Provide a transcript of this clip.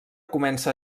comença